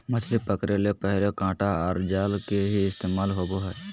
मछली पकड़े ले पहले कांटा आर जाल के ही इस्तेमाल होवो हल